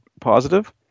positive